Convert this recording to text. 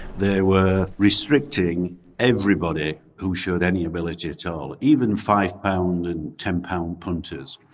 they were restricting everybody who showed any ability at all even five pound and ten pound punters.